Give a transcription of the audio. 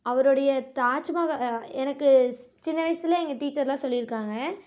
அவரோடைய தாஜ்மஹாலை எனக்கு சின்ன வயசில் எங்கள் டீச்சர்லாம் சொல்லிருக்காங்க